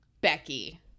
Becky